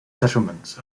settlements